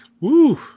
Woo